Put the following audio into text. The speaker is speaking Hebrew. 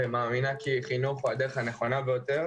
אוקיי, בסדר, רציתי לוודא.